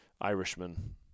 Irishman